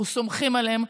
אנחנו סומכים עליהם,